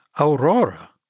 Aurora